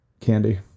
Candy